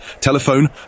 Telephone